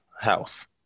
house